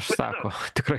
sako tikrai